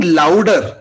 louder